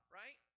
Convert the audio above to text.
right